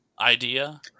idea